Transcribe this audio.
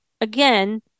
again